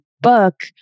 book